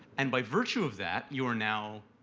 and by virtue of that, you are now,